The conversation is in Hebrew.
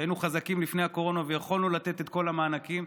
שהיינו חזקים לפני הקורונה ויכולנו לתת את כל המענקים,